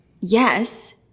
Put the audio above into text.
yes